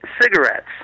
cigarettes